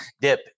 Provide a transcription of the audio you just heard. dip